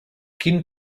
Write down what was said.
quin